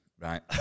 Right